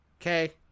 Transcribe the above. Okay